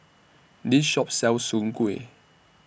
This Shop sells Soon Kueh